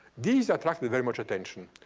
these attracted very much attention.